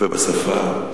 השיפור בעיקר היה בשפה.